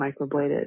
microbladed